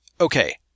okay